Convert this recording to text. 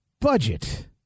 budget